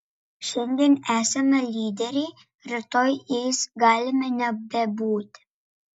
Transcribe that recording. šiandien esame lyderiai rytoj jais galime nebebūti